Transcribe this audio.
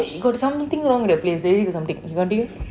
got something wrong with the place really got something you continue